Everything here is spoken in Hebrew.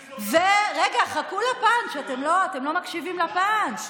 רגע, חכו לפאנץ', אתם לא מקשיבים לפאנץ'.